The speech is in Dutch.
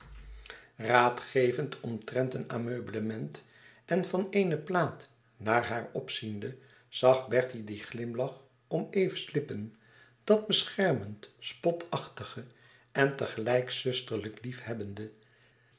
gevend omtrent een ameubelement en van eene plaat naar haar opziende zag bertie dien glimlach om eve's lippen dat beschermend spotachtige en tegelijk zusterlijk lief